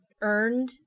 earned